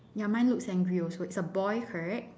ya mine looks angry also is a boy correct